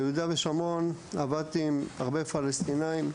ביהודה ושומרון, עבדתי עם הרבה פלסטינים,